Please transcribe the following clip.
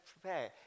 prepare